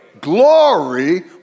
Glory